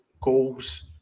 goals